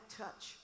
touch